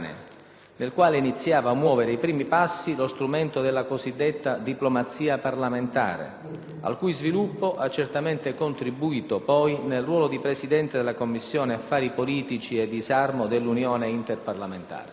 nel quale iniziava a muovere i primi passi lo strumento della cosiddetta diplomazia parlamentare, al cui sviluppo ha certamente contribuito poi nel ruolo di Presidente della Commissione affari politici e disarmo dell'Unione interparlamentare.